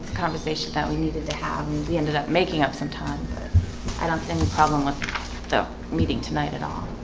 conversation that we needed to have we ended up making up some time good i don't think a problem with the meeting tonight at all